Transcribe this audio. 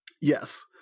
Yes